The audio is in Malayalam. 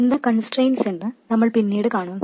എന്താണ് കൺസ്ട്രെയിൻറ്സ് എന്ന് നമ്മൾ പിന്നീട് കാണും